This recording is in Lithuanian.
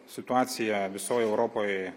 situacija visoj europoj